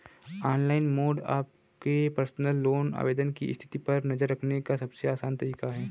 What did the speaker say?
online mode आपके personal loan आवेदन की स्थिति पर नज़र रखने का सबसे आसान तरीका है